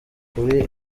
kuri